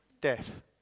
death